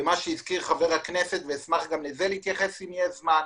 מה שהזכיר חבר הכנסת מלכיאלי ואשמח להתייחס לזה אם יהיה זמן,